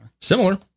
Similar